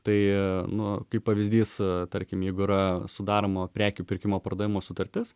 tai nu kaip pavyzdys tarkim jeigu yra sudaroma prekių pirkimo pardavimo sutartis